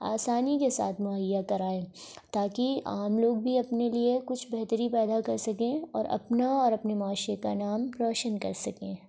آسانی کے ساتھ مہیا کرائے تاکہ عام لوگ بھی اپنے لیے کچھ بہتری پیدا کر سکیں اور اپنا اور اپنے معاشرے کا نام روشن کر سکیں